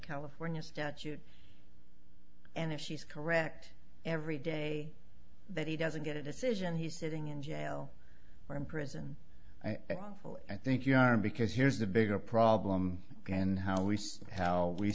california statute and if she's correct every day that he doesn't get a decision he's sitting in jail or in prison i think you are because here's the bigger problem and how we see how we